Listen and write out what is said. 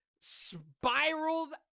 spiraled